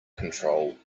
control